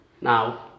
now